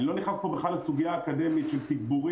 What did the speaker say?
אני לא נכנס פה בכלל לסוגיה אקדמית של תגבורים,